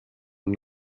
und